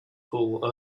pool